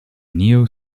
neo